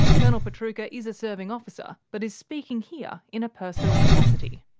colonel pietrucha is a serving officer but is speaking here in a personal capacity.